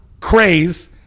Craze